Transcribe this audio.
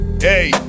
Hey